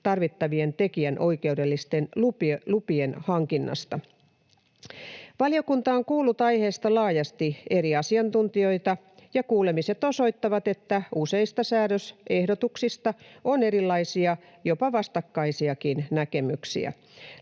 tarvitta-vien tekijänoikeudellisten lupien hankinnasta. Valiokunta on kuullut aiheesta laajasti eri asiantuntijoita, ja kuulemiset osoittavat, että useista säädösehdotuksista on erilaisia, jopa vastakkaisiakin näkemyksiä.